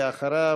ואחריו,